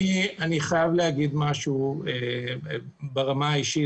אני חייב להגיד משהו ברמה האישית,